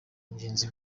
mugenzi